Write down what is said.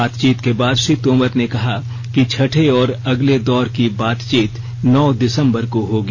बातचीत के बाद श्री तोमर ने कहा कि छठे और अगले दौर की बातचीत नौ दिसम्बर को होगी